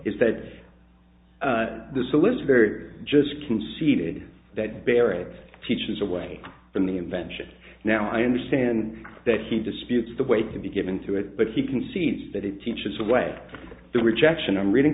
is that the solicitor just conceded that barrett teaches away from the invention now i understand that he disputes the weight to be given to it but he concedes that it teaches the way the rejection i'm reading